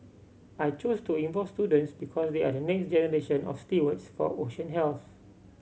I chose to involve students because they are the next generation of stewards for ocean health